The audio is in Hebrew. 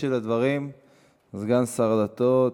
ישיב על הדברים סגן שר הדתות,